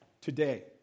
today